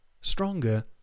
stronger